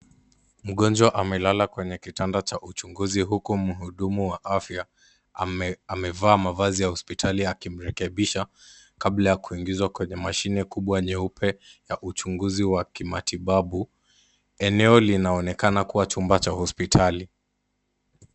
Mgonjwa amelala kwenye kitanda cha uchunguzi huku muhudumu wa afya amevaa mavazi ya hosipitali akimrekebisha kabla ya kuingizwa kwenye mashini kubwa nyeupe ya uchunguzi wa kimatibabu. Eneo linaonekana kua chumba cha hosipitali.